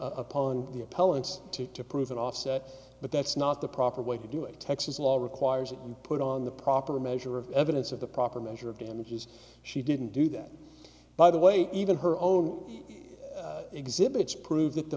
appellant's to prove an offset but that's not the proper way to do it texas law requires that you put on the proper measure of evidence of the proper measure of damages she didn't do that by the way even her own exhibits prove that the